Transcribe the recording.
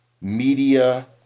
media